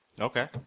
Okay